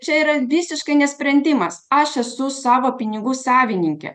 čia yra visiškai nesprendimas aš esu savo pinigų savininkė